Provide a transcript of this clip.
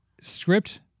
Script